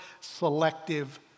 selective